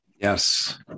Yes